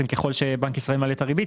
ככל שבנק ישראל מעלה את הריבית,